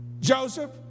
Joseph